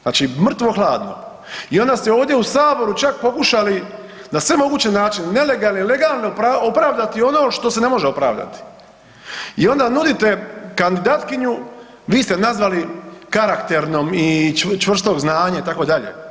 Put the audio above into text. Znači, mrtvo-hladno i onda ste ovdje u Saboru čak pokušali na sve moguće načine nelegalne, legalne opravdati ono što se ne može opravdati i onda nudite kandidatkinju vi ste nazvali karakternom i čvrstog znanja itd.